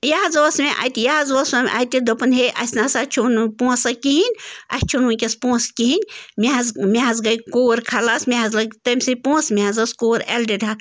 یہِ حظ وٕژھ مےٚ اَتہِ یہِ حظ وٕژھ مےٚ اَتہِ دۄپُن ہے اسہِ نہٕ ہسا چھُو پونٛسہٕ کِہیٖنۍ اسہِ چھِنہٕ وٕنۍ کٮ۪س پونٛسہِ کِہیٖنۍ مےٚ حظ مےٚ حظ گٔے کوٗر خلاص مےٚ حظ لٔگۍ تٔمۍسی پونٛسہِ مےٚ حظ ٲس کوٗر ایل